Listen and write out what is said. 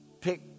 Pick